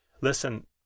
listen